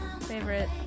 favorite